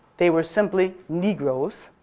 they were simply negros